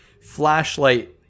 flashlight